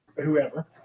whoever